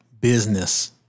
business